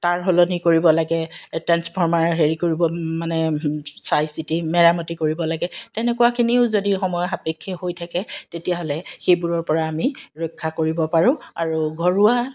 তাঁৰ সলনি কৰিব লাগে ট্ৰেঞ্চফৰ্মাৰ হেৰি কৰিব মানে চাই চিতি মেৰামতি কৰিব লাগে তেনেকুৱাখিনিও যদি সময় সাপেক্ষে হৈ থাকে তেতিয়াহ'লে সেইবোৰৰ পৰা আমি ৰক্ষা কৰিব পাৰোঁ আৰু ঘৰুৱা